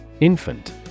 Infant